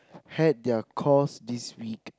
had their course this week